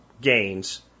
gains